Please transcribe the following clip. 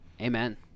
Amen